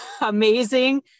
amazing